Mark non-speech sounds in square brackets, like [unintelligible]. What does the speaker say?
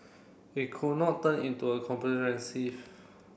it could not turn into a [unintelligible]